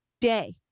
day